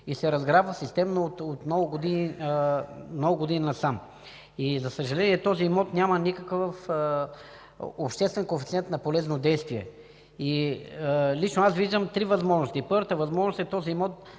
и се разграбва системно от много години насам. За съжаление този имот няма никакъв обществен коефициент на полезно действие. Лично аз виждам три възможности. Първата възможност е този имот